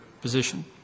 position